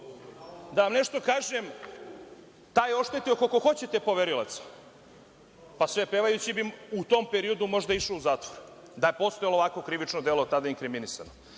vam nešto kažem, taj je oštetio koliko hoćete poverilaca. Pa, sve pevajući bi u tom periodu možda išao u zatvor da je postojalo ovako krivično delo tada inkrimisano. Slušam